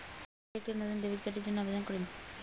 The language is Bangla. মুই কেঙকরি একটা নতুন ডেবিট কার্ডের জন্য আবেদন করিম?